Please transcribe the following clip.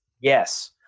Yes